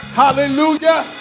hallelujah